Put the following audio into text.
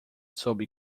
sob